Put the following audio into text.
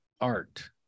art